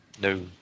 No